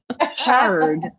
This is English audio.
hard